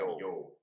yo